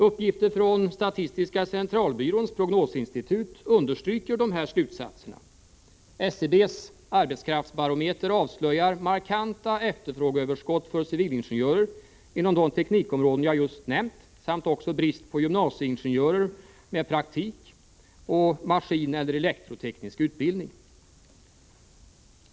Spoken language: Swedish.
Uppgifter från statistiska centralbyråns prognosinstitut understryker de här slutsatserna. SCB:s arbetskraftsbarometer avslöjar markanta efterfrågeöverskott för civilingenjörer inom de teknikområden jag just nämnt samt också brist på gymnasieingenjörer med praktik och maskineller elektroteknisk utbildning.